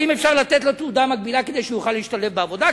האם אפשר לתת לו תעודה מקבילה כדי שהוא יוכל להשתלב בעבודה,